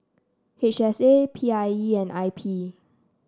H S A P I E and I P